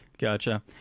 Gotcha